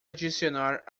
adicionar